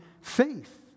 faith